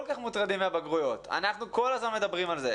כך מוטרדים מהבגרויות ואנחנו כל הזמן מדברים על זה.